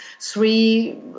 three